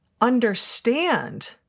understand